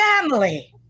family